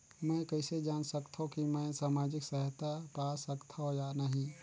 मै कइसे जान सकथव कि मैं समाजिक सहायता पा सकथव या नहीं?